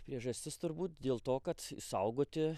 priežastis turbūt dėl to kad išsaugoti